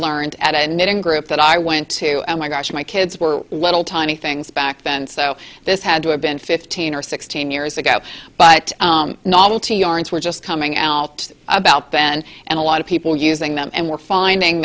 learned at a knitting group that i went to my gosh my kids were little tiny things back then so this had to have been fifteen or sixteen years ago but novelty yarns were just coming out about then and a lot of people using them and were finding